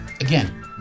again